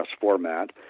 format